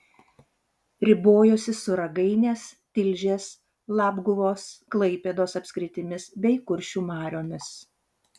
ribojosi su ragainės tilžės labguvos klaipėdos apskritimis bei kuršių mariomis